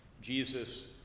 Jesus